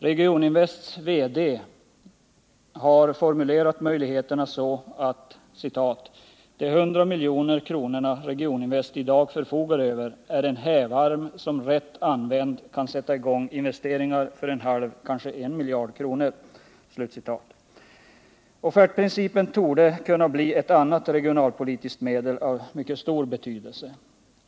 Regioninvests VD har formulerat möjligheterna så att ”de 100 milj.kr. Regioninvest i dag förfogar över är en hävarm som rätt använd kan sätta i gång investeringar för en halv kanske en miljard kronor”. Offertprincipen torde kunna bli ett annat regionalpolitiskt medel av stor betydelse.